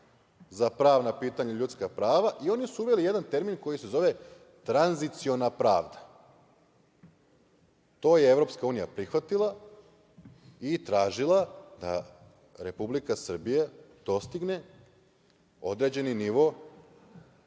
za pravna pitanja i ljudska prava i oni su uveli jedan termin koji se zove tranziciona pravda. To je EU prihvatila i tražila da Republika Srbija dostigne određeni nivo